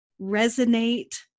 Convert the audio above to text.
resonate